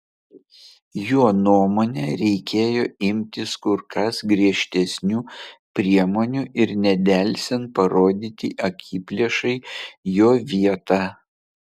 jo nuomone reikėjo imtis kur kas griežtesnių priemonių ir nedelsiant parodyti akiplėšai jo vietą